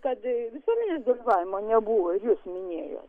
kad visuomenės dalyvavim nebuvo ir jūs minėjot